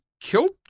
killed